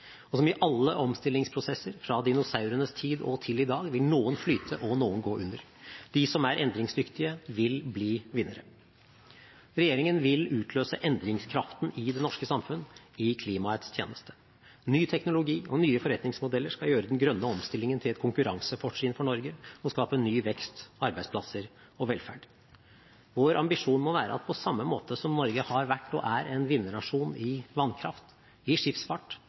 Og som i alle omstillingsprosesser, fra dinosaurenes tid og til i dag, vil noen flyte og noen gå under. De som er endringsdyktige, vil bli vinnere. Regjeringen vil utløse endringskraften i det norske samfunn i klimaets tjeneste. Ny teknologi og nye forretningsmodeller skal gjøre den grønne omstillingen til et konkurransefortrinn for Norge og skape ny vekst, arbeidsplasser og velferd. Vår ambisjon må være at på samme måte som Norge har vært og er en vinnernasjon i vannkraft, i skipsfart,